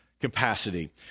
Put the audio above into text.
capacity